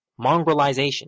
mongrelization